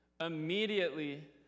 Immediately